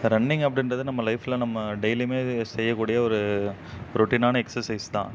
running அப்படின்றது நம்ம லைஃப்ல நம்ம டெய்லியுமே இதை செய்யக்கூடிய ஒரு ரொட்டீனான எக்ஸர்சைஸ் தான்